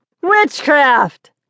Witchcraft